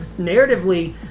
narratively